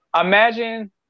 Imagine